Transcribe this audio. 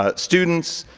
ah students,